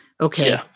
okay